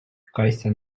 кайся